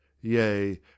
Yea